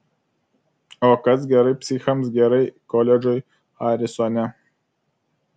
o kas gerai psichams gerai koledžui harisone